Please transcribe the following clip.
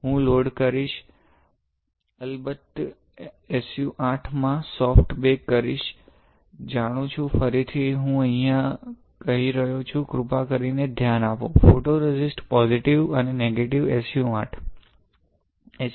હું લોડ કરીશ હું અલબત્ત SU 8 માં સોફ્ટ બેક કરીશ જાણું છું ફરીથી હું અહીં કહી રહ્યો છું કૃપા કરીને ધ્યાન આપો ફોટોરેઝિસ્ટ પોજિટિવ અને નેગેટિવ SU 8